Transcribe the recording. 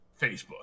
Facebook